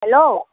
hello